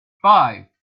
five